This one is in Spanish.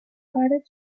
pares